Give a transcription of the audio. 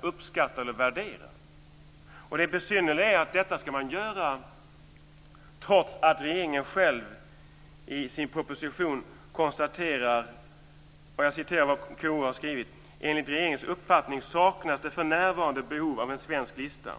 uppskatta eller värdera. Det besynnerliga är att detta skall man göra, trots att regeringen själv i sin proposition konstaterar enligt vad KU har skrivit: "Enligt regeringens uppfattning saknas det för närvarande behov av en svensk lista.